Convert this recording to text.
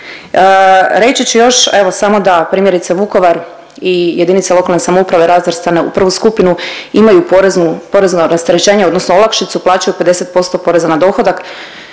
Reći ću još, evo samo da primjerice Vukovar i JLS razvrstane u prvu skupinu imaju poreznu, porezno rasterećenje odnosno olakšicu, plaćaju 50% poreza na dohodak,